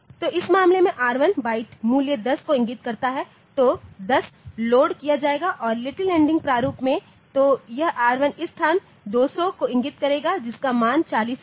तो इस मामले में R1 बाइट मूल्य10 को इंगित करता है तो 10 लोड किया जाएगा और लिटिल एंडियन प्रारूप में तो यह R1 इस स्थान दो सौ को इंगित करेगा जिसका मान 40 होगा